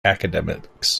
academics